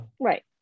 Right